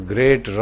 Great